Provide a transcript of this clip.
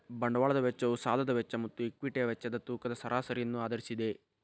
ಬಂಡವಾಳದ ವೆಚ್ಚವು ಸಾಲದ ವೆಚ್ಚ ಮತ್ತು ಈಕ್ವಿಟಿಯ ವೆಚ್ಚದ ತೂಕದ ಸರಾಸರಿಯನ್ನು ಆಧರಿಸಿದೆ